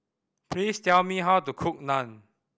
please tell me how to cook Naan